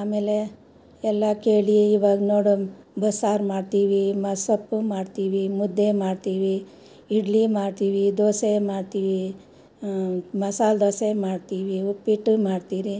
ಆಮೇಲೆ ಎಲ್ಲ ಕೇಳಿ ಇವಾಗ ನೋಡೋ ಬಸ್ಸಾರು ಮಾಡ್ತೀವಿ ಮಸ್ಸೊಪ್ಪು ಮಾಡ್ತೀವಿ ಮುದ್ದೆ ಮಾಡ್ತೀವಿ ಇಡ್ಲಿ ಮಾಡ್ತೀವಿ ದೋಸೆ ಮಾಡ್ತೀವಿ ಮಸಾಲೆ ದೋಸೆ ಮಾಡ್ತೀವಿ ಉಪ್ಪಿಟ್ಟು ಮಾಡ್ತಿರಿ